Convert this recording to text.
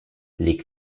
les